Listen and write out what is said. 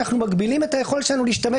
אנחנו מגבילים את היכולת שלנו להשתמש